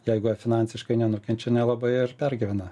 jeigu jie finansiškai nenukenčia nelabai ir pergyvena